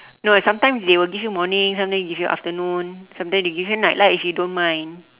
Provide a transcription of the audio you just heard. no eh sometime they will give you morning sometime give you afternoon sometime they give you night lah if you don't mind